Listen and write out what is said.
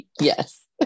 Yes